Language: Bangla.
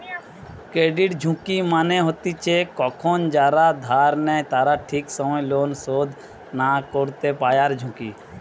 ক্রেডিট ঝুঁকি মানে হতিছে কখন যারা ধার নেই তারা ঠিক সময় লোন শোধ না করতে পায়ারঝুঁকি